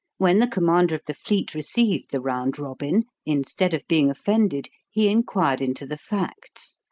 when the commander of the fleet received the round robin, instead of being offended, he inquired into the facts,